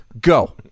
Go